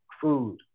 food